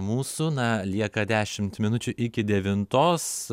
mūsų na lieka dešimt minučių iki devintos